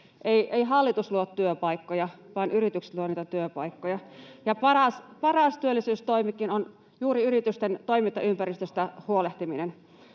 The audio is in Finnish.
Ei hallitus luo työpaikkoja, vaan yritykset luovat niitä työpaikkoja, [Juha Mäenpään välihuuto] ja paras työllisyystoimikin on juuri yritysten toimintaympäristöstä huolehtiminen.